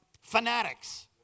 fanatics